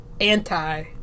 anti